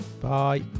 bye